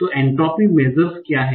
तो entropy measures क्या हैं